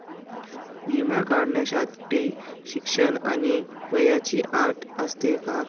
विमा काढण्यासाठी शिक्षण आणि वयाची अट असते का?